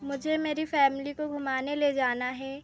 मुझे मेरी फै़मिली को घुमाने ले जाना है